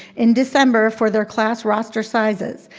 in december, for their class roster sizes.